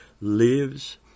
lives